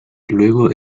luego